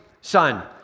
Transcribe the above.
son